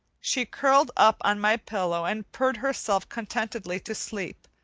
she curled up on my pillow and purred herself contentedly to sleep,